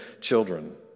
children